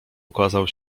ukazał